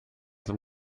zum